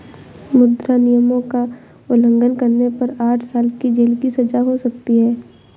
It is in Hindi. मुद्रा नियमों का उल्लंघन करने पर आठ साल की जेल की सजा हो सकती हैं